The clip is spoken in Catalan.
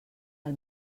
del